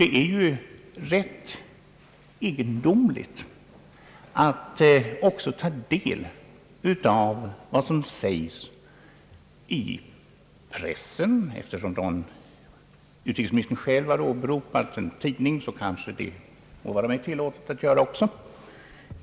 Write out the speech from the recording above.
Det är också rätt egendomligt i sammanhanget att ta del av vad som sägs i pressen. Eftersom utrikesministern själv har åberopat en tidning, kanske det må vara mig tillåtet att också göra det.